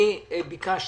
אני ביקשתי,